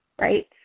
right